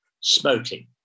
Smoking